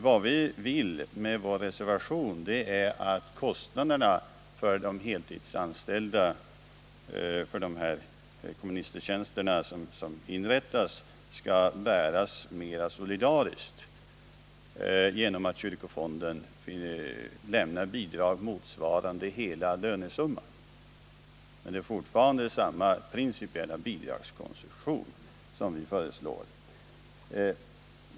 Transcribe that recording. Vad vi vill med vår reservation är att kostnaderna för komministertjänsterna på heltid som nu inrättas skall bäras mera solidariskt, genom att kyrkofonden lämnar bidrag motsvarande hela lönesumman. Men det är fortfarande fråga om samma principiella bidragskonstruktion.